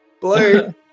Blue